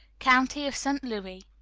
county of st. louis.